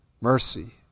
Mercy